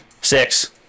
six